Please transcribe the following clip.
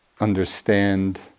understand